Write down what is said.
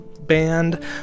Band